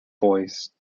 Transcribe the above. buoys